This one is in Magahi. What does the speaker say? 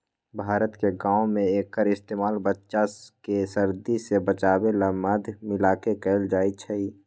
भारत के गाँव में एक्कर इस्तेमाल बच्चा के सर्दी से बचावे ला मध मिलाके कएल जाई छई